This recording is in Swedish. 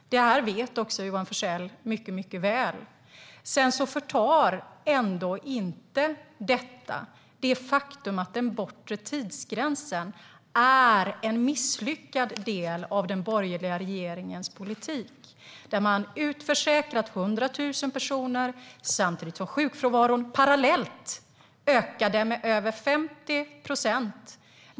Det här vet Johan Forssell mycket väl. Detta förtar ändå inte det faktum att den bortre tidsgränsen är en misslyckad del av den borgerliga regeringens politik. 100 000 personer har utförsäkrats samtidigt som sjukfrånvaron parallellt ökade med över 50 procent.